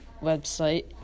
website